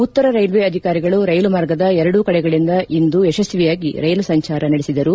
ಉತ್ತರ ರೈಲ್ವೆ ಅಧಿಕಾರಿಗಳು ರೈಲು ಮಾರ್ಗದ ಎರಡೂ ಕಡೆಗಳಿಂದ ಇಂದು ಯಶಸ್ವಿಯಾಗಿ ರೈಲು ಸಂಚಾರ ನಡೆಸಿದರು